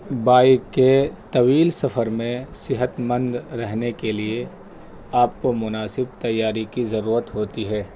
bike کے طویل سفر میں صحت مند رہنے کے لیے آپ کو مناسب تیاری کی ضرورت ہوتی ہے